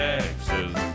Texas